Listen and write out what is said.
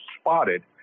spotted